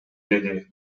деди